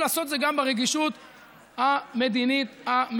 ולעשות את זה גם ברגישות המדינית המתבקשת.